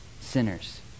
sinners